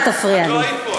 אל תפריע לי.